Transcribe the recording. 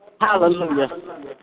Hallelujah